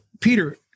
Peter